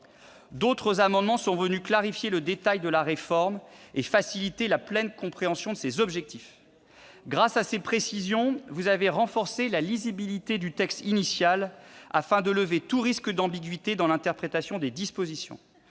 D'autres amendements ont visé à clarifier le détail de la réforme et à faciliter la pleine compréhension des objectifs de celle-ci. Grâce à ces précisions, vous avez renforcé la lisibilité du texte initial, afin de lever tout risque d'ambiguïté dans l'interprétation des dispositions.